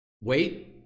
Wait